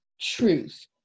truth